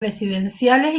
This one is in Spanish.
residenciales